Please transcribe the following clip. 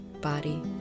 body